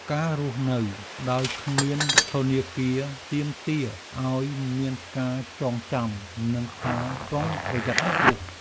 ការរស់នៅដោយគ្មានធនាគារ ទាមទារឱ្យមានការចងចាំ និងការប្រុងប្រយ័ត្នខ្ពស់។